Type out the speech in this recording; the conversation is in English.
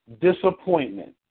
disappointment